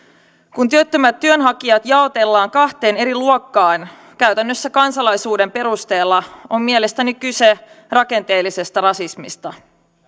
kun työttömät työnhakijat jaotellaan kahteen eri luokkaan käytännössä kansalaisuuden perusteella on mielestäni kyse rakenteellisesta rasismista